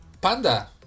Panda